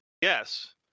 Yes